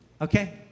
Okay